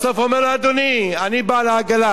בסוף אומר לו: אדוני, אני בעל העגלה.